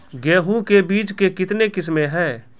गेहूँ के बीज के कितने किसमें है?